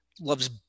loves